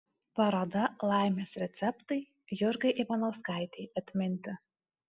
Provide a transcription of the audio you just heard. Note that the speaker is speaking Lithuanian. paroda laimės receptai jurgai ivanauskaitei atminti